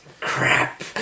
Crap